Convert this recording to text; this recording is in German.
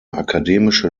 akademische